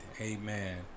Amen